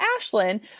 Ashlyn